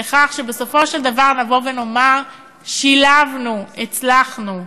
כדי שבסופו של דבר נבוא ונאמר: שילבנו, הצלחנו.